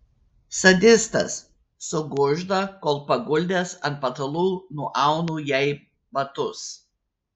sadistas sukužda kol paguldęs ant patalų nuaunu jai batus